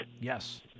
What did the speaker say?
Yes